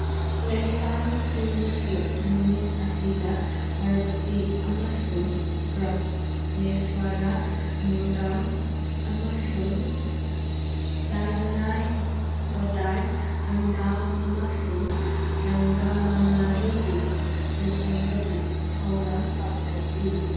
ꯂꯥꯏꯁꯪꯁꯤꯡꯅꯁꯨ ꯅꯨꯃꯤꯠ ꯑꯁꯤꯗ ꯄꯥꯔꯚꯇꯤ ꯑꯃꯁꯨꯡ ꯄ꯭ꯔꯃꯦꯁ꯭ꯋꯥꯔꯥ ꯃꯨꯔꯒꯥ ꯑꯃꯁꯨꯡ ꯗꯥꯏꯚꯅꯥꯏ ꯀꯣꯗꯥꯏ ꯑꯟꯗꯥꯜ ꯑꯃꯁꯨꯡ ꯔꯪꯒꯥꯃꯅꯥꯔꯤꯒꯤ ꯂꯨꯍꯣꯡꯕꯒꯤ ꯊꯧꯔꯝ ꯄꯥꯡꯊꯣꯛꯏ